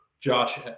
Josh